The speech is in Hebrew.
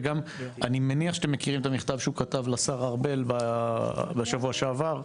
וגם אני מניח שאתם מכירים את המכתב שהוא כתב לשר ארבל בשבוע שעבר,